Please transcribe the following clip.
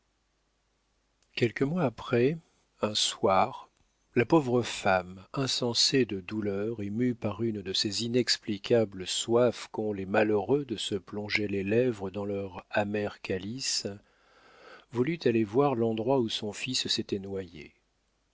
quelques mois après un soir la pauvre femme insensée de douleur et mue par une de ces inexplicables soifs qu'ont les malheureux de se plonger les lèvres dans leur amer calice voulut aller voir l'endroit où son fils s'était noyé